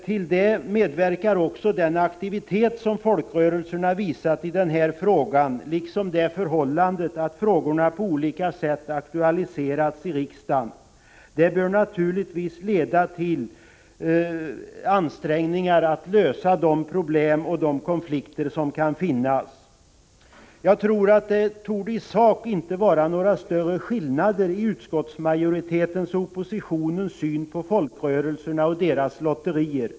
Till det medverkar också den aktivitet som folkrörelserna har visat i denna fråga liksom det förhållandet att frågan på olika sätt har aktualiserats i riksdagen. Det bör naturligtvis leda till ansträngningar att lösa de konflikter som kan finnas. Det torde i sak inte vara några större skillnader mellan utskottsmajoritetens och oppositionens syn på folkrörelserna och deras lotterier.